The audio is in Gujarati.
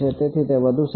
તેથી વધુ સારું